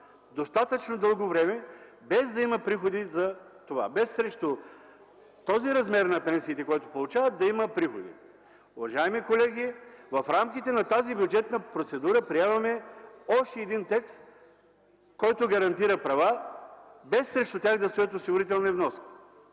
достатъчно дълго време, без да има приходи за това, без срещу този размер на пенсиите, който получават, да има приходи. Уважаеми колеги, в рамките на тази бюджетна процедура приемаме още един текст, който гарантира права, без срещу тях да стоят осигурителни вноски.